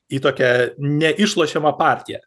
į tokią neišlošiamą partiją